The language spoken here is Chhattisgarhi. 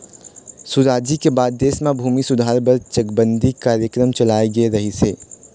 सुराजी के बाद देश म भूमि सुधार बर चकबंदी कार्यकरम चलाए गे रहिस हे